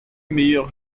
meilleur